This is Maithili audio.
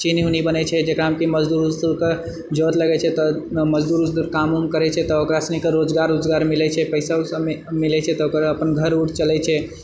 चीनी वूनी बनैत छै जेकरामे कि मजदूर वजदूरके जरूरत लगैत छै तऽ मजदूर वजदूर काम वुम काम करैत छै तऽ ओकरासनिके रोजगार वोजगार मिलैत छै पैसा वैसा मिलैत छै तऽ ओकरा अपन घर वुर चलैत छै